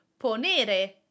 PONERE